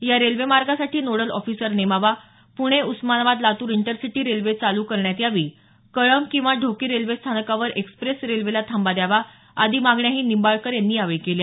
या रेल्वे मार्गासाठी nodal officer नेमावा पूणे उस्मानाबाद लातूर इंटरसिटी रेल्वे चालू करण्यात यावी कळंब किंवा ढोकी रेल्वे स्थानकावर एक्स्प्रेस रेल्वेला थांबा द्यावा आदी मागण्या निंबाळकर यांनी यावेळी केल्या